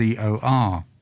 COR